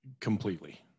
Completely